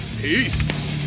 peace